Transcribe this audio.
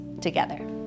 together